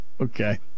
Okay